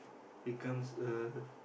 becomes a